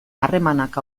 harremanak